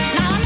Now